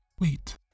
Wait